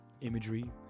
imagery